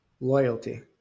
Loyalty